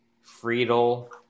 Friedel